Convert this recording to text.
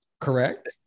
correct